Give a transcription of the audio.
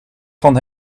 van